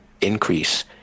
increase